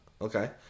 Okay